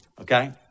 okay